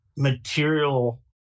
Material